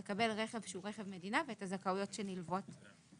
הם צריכים לקבל רכב שהוא רכב מדינה ואת הזכאויות שנלוות לזה.